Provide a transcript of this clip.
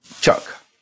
Chuck